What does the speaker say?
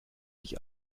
sich